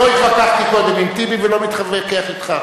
לא התווכחתי קודם עם טיבי ולא מתווכח אתך עכשיו.